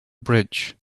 bridge